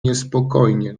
niespokojnie